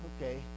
okay